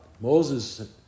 Moses